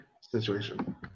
situation